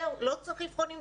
זהו, לא צריך אבחונים דידקטיים,